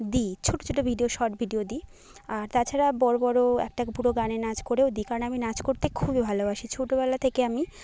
দিই ছোটো ছোটো ভিডিও শর্ট ভিডিও দিই আর তাছাড়া বড়ো বড়ো একটা পুরো গানের নাচ করেও দিই কারণ আমি নাচ করতে খুবই ভালোবাসি ছোটোবেলা থেকে আমি